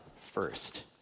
first